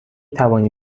توانی